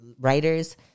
writers